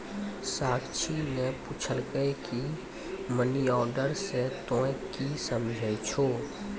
साक्षी ने पुछलकै की मनी ऑर्डर से तोंए की समझै छौ